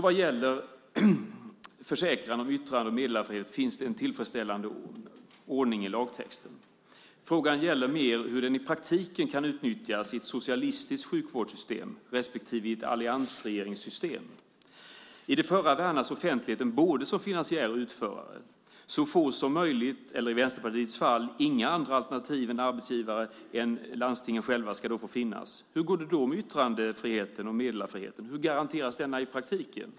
Vad gäller försäkran om yttrande och meddelarfrihet finns det alltså en tillfredsställande ordning i lagtexten. Frågan gäller mer hur den i praktiken kan utnyttjas i ett socialistiskt sjukvårdssystem respektive i ett alliansregeringssystem. I det förra behandlas offentligheten både som finansiär och utförare. Så få arbetsgivare som möjligt, eller i Vänsterpartiets fall inga andra alternativa arbetsgivare än landstingen själva, ska då få finnas. Hur går det då med yttrandefriheten och meddelarfriheten? Hur garanteras dessa i praktiken?